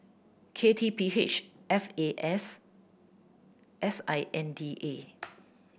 K T P H F A S S I N D A